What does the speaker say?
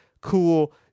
cool